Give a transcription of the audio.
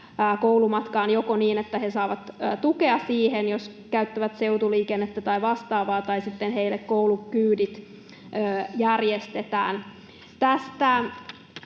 koulumatkatuen piirissä, ja joko he saavat koulumatkaan tukea, jos käyttävät seutuliikennettä tai vastaavaa, tai sitten heille koulukyydit järjestetään. Näille